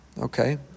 Okay